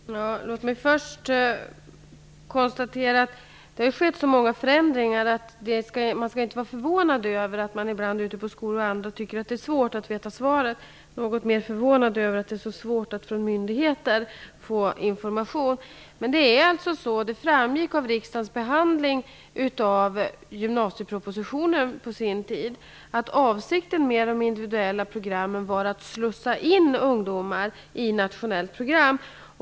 Fru talman! Låt mig först konstatera att man inte bör bli förvånad över att man i skolan tycker att det är svårt att känna till alla svar. Det har ju skett så många förändringar. Det är dock något mer förvånande att det är så svårt att få information från myndigheter. Det framgick av riksdagens behandling av gymnasiepropositionen att avsikten med de individuella programmen var att slussa ungdomar in i nationella program.